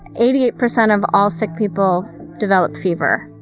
eighty eight percent of all sick people develop fever,